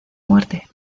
muerte